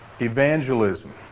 evangelism